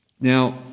Now